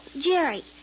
Jerry